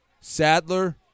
Sadler